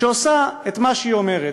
שעושה את מה שהיא אומרת,